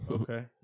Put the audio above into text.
Okay